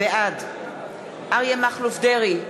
בעד אריה מכלוף דרעי,